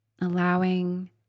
Allowing